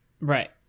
Right